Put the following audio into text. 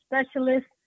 specialist